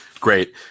great